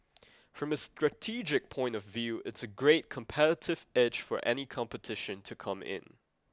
from a strategic point of view it's a great competitive edge for any competition to come in